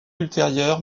ultérieure